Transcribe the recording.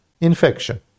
infection